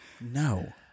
No